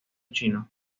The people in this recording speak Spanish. chino